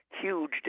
huge